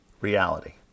Reality